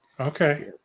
Okay